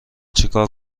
چیکار